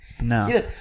no